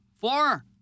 Four